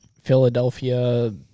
Philadelphia